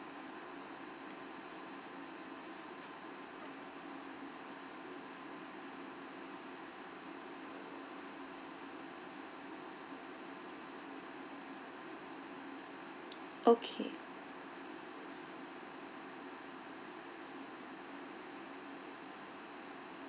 okay